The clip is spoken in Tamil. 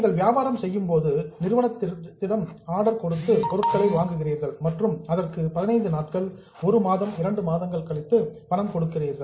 நீங்கள் வியாபாரம் செய்யும் போது நிறுவனத்திடம் ஆர்டர் கொடுத்து பொருட்களை வாங்குகிறீர்கள் மற்றும் அதற்கு 15 நாட்கள் 1 மாதம் 2 மாதங்கள் கழித்து பணம் செலுத்துகிறீர்கள்